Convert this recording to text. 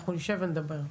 אנחנו עוד נשב ונדבר.